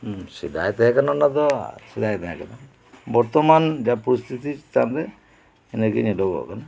ᱥᱮᱫᱟᱭ ᱛᱟᱦᱮᱸ ᱠᱟᱱᱟ ᱚᱱᱟ ᱫᱚ ᱥᱮᱫᱟᱭ ᱛᱟᱦᱮᱸ ᱠᱟᱱᱟ ᱵᱚᱨᱛᱚᱢᱟᱱ ᱡᱟᱦᱟ ᱯᱚᱨᱤᱥᱛᱤᱛᱤ ᱪᱮᱛᱟᱱ ᱨᱮ ᱤᱱᱟᱹ ᱜᱮ ᱧᱮᱞᱚᱜ ᱠᱟᱱᱟ